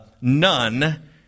None